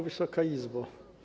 Wysoka Izbo!